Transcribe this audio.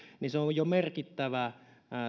on jo merkittävä